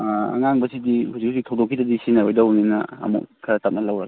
ꯑꯥ ꯑꯉꯥꯡꯕꯁꯤꯗꯤ ꯍꯧꯖꯤꯛ ꯍꯧꯖꯤꯛ ꯊꯧꯗꯣꯛꯀꯤꯗꯗꯤ ꯁꯤꯖꯤꯟꯅꯔꯣꯏꯗꯧꯕꯅꯤꯅ ꯑꯃꯨꯛ ꯈꯔ ꯇꯞꯅ ꯂꯧꯔꯒꯦ